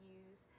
use